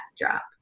backdrop